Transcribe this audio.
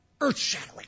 Earth-shattering